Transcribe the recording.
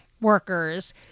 workers